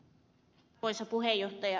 arvoisa puhemies